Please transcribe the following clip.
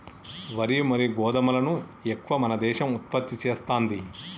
వరి మరియు గోధుమలను ఎక్కువ మన దేశం ఉత్పత్తి చేస్తాంది